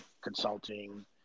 consulting